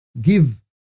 give